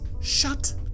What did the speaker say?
Shut